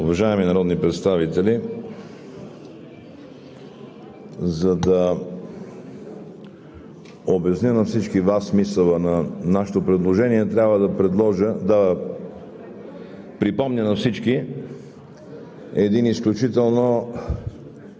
Уважаеми народни представители! За да обясня на всички Вас смисъла на нашето предложение, трябва да Ви припомня един изключително